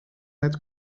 het